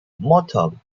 multiple